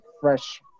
fresh